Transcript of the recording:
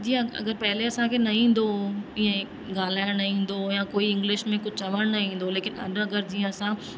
जीअं अगरि पहिले असांखे न ईंदो ईअं ॻाल्हाइणु न ईंदो या कोई इंग्लिश में कुझु चवणु न ईंदो लेकिन अॼु अगरि जीअं असां